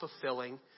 fulfilling